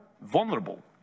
vulnerable